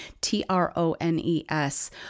T-R-O-N-E-S